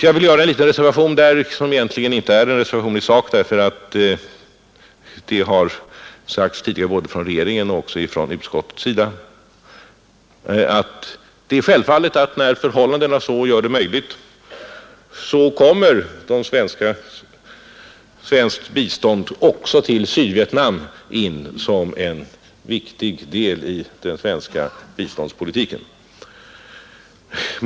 Jag vill göra den lilla reservationen — egentligen är det inte en reservation i sak, eftersom samma sak har sagts tidigare både från regeringens och från utskottets sida — att när förhållandena gör det möjligt, kommer självfallet bistånd också till Sydvietnam in som en viktig del i den svenska biståndspolitiken.